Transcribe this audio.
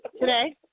today